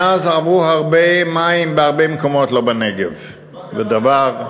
מאז עברו הרבה מים בהרבה מקומות, לא בנגב, ודבר,